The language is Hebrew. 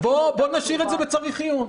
אז בוא נשאיר את זה בצריך עיון.